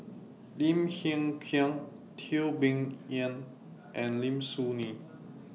Lim Hng Kiang Teo Bee Yen and Lim Soo Ngee